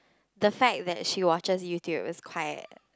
the fact that she watches YouTube is quite